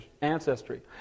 ancestry